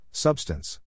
Substance